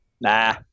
Nah